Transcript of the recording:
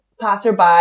passerby